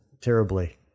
terribly